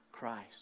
Christ